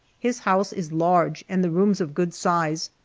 his house is large, and the rooms of good size,